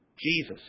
Jesus